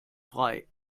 frei